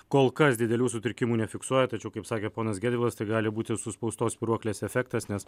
kol kas didelių sutrikimų nefiksuoja tačiau kaip sakė ponas gedvilas tai gali būti suspaustos spyruoklės efektas nes